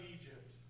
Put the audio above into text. Egypt